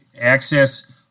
access